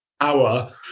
hour